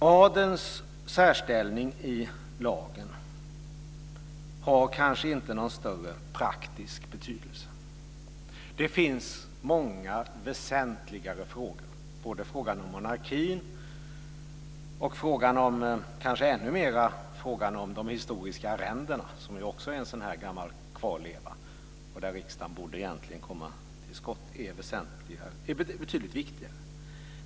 Adelns särställning i lagen har kanske inte någon större praktisk betydelse. Det finns många väsentligare frågor. Både frågan om monarkin och kanske ännu mer frågan om de historiska arrendena, som är en gammal kvarleva där riksdagen borde komma till skott, är betydligt viktigare.